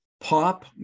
pop